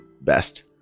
best